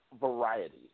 variety